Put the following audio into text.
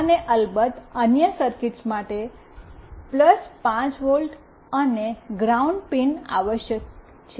અને અલબત્ત અન્ય સર્કિટ્સ માટે 5 વોલ્ટ અને ગ્રાઉન્ડ પિન આવશ્યક છે